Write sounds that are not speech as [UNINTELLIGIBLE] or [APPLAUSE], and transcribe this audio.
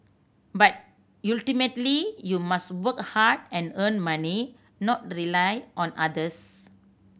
but [UNINTELLIGIBLE] you must work hard and earn money not rely on others